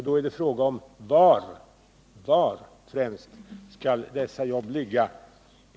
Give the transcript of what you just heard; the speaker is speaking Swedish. Då är det fråga om var dessa jobb skall ligga.